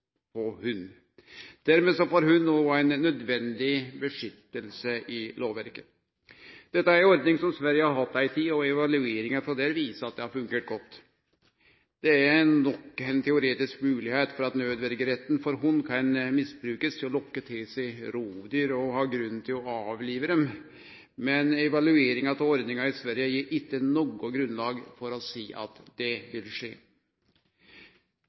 Dermed får hunden også eit nødvendig vern i lovverket. Dette er ei ordning som Sverige har hatt ei tid, og evalueringa derifrå viser at det har fungert godt. Det er nok ei teoretisk moglegheit for at nødverjeretten for hund kan misbrukast til å lokke til seg rovdyr for å ha grunn til å avlive dei, men evalueringa av ordninga i Sverige gir ikkje noko grunnlag for å seie at det vil skje.